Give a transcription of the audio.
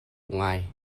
ngai